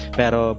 pero